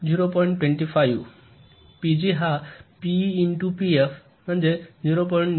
२5 PG हा PE into PF ०